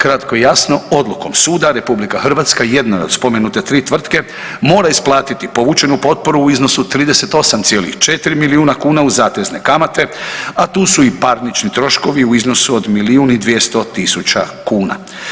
Kratko i jasno, odlukom suda RH jedna je od spomenute tri tvrtke mora isplatiti povučenu potporu u iznosu od 38,4 milijuna kuna uz zatezne kamate, a tu su i parnični troškovi u iznosu od milijun i 200.000 kuna.